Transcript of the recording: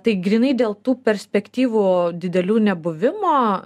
tai grynai dėl tų perspektyvų didelių nebuvimo